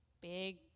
big